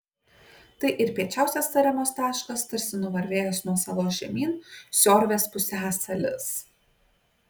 tai ir piečiausias saremos taškas tarsi nuvarvėjęs nuo salos žemyn siorvės pusiasalis